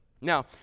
Now